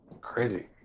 Crazy